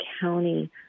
County